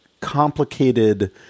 complicated